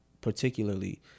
particularly